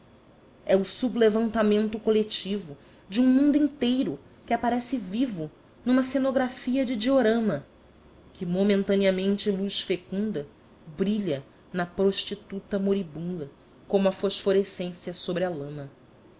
é o sublevamento coletivo de um mundo inteiro que aparece vivo numa cenografia de diorama que momentaneamente luz fecunda brilha na prostituta moribunda como a fosforecência sobre a lama